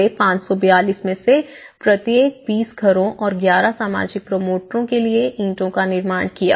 पूरे 582 में से प्रत्येक 20 घरों और 11 सामाजिक प्रमोटरों के लिए ईटों का निर्माण किया